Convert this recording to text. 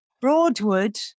Broadwood